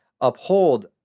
uphold